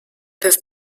peuvent